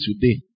today